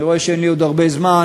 אני רואה שאין לי עוד הרבה זמן,